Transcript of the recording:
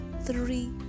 three